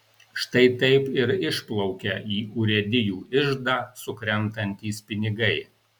štai taip ir išplaukia į urėdijų iždą sukrentantys pinigai